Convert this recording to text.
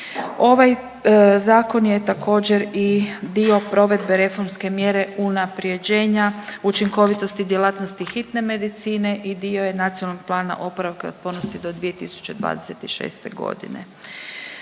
Ovaj zakon je također i dio provedbe reformske mjere unapređenja učinkovitosti, djelatnosti hitne medicine i dio je Nacionalnog plana oporavka i otpornosti do 2026. godine.